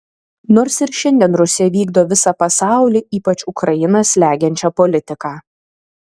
nors ir šiandien rusija vykdo visą pasaulį ypač ukrainą slegiančią politiką